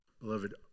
Beloved